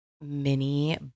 mini